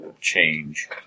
change